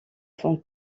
font